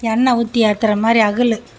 எண்ணெய் ஊற்றி ஏற்றுற மாதிரி அகல்